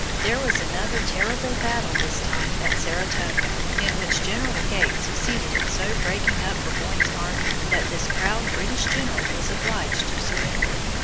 there was another terrible battle this time at saratoga, in which general gates succeeded in so breaking up burgoyne's army that this proud british general was obliged to surrender.